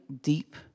deep